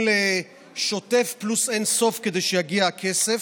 לשוטף פלוס אין-סוף כדי שיגיע הכסף,